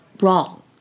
wrong